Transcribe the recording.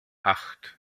acht